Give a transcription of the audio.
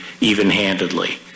even-handedly